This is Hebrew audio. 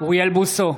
אוריאל בוסו,